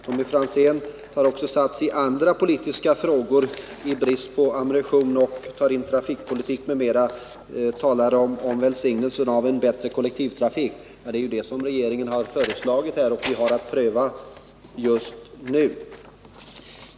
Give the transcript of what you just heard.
Tommy Franzén har också tagit in andra politiska frågor i debatten. I brist på ammunition har han tagit in trafikpolitiken, talat om välsignelsen av en bättre kollektivtrafik m.m. Det är ju det som regeringen har föreslagit att riksdagen skall pröva just nu.